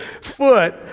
foot